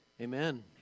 amen